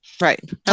right